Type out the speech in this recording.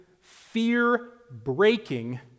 fear-breaking